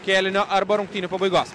kėlinio arba rungtynių pabaigos